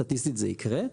סטטיסטית זה יקרה.